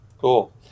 Cool